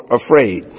afraid